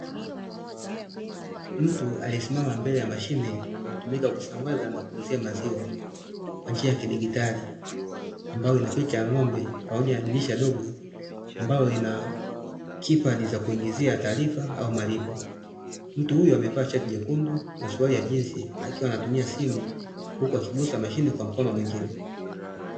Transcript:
Mtu aliyesimama mbele ya mashine, inayotumika kusambaza na kuuzia maziwa kwa njia ya kidigitali, ambayo ina picha ya ng'ombe pamoja na dirisha dogo, ambalo lina kipadi za kuingizia taarifa au malipo. Mtu huyo amevaa tisheti jekundu na suruali ya jinsi, akiwa anatumia simu, huku akigusa mashine kwa mkono mwingine.